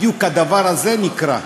בדיוק הדבר הזה נקרע.